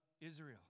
Israel